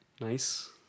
nice